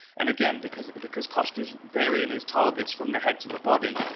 and again because because costa's varying his targets from the head to the body,